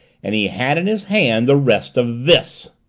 and he had in his hand the rest of this!